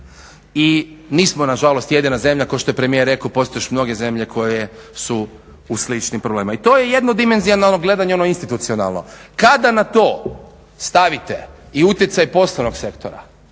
I nismo nažalost jedina zemlja kao što je premijer rekao, postoje još mnoge zemlje koje su u sličnim problemima. I to je jednodimenzionalno gledanje ono institucionalno. Kada na to stavite i utjecaj poslovnog sektora,